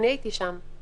אני הייתי שם.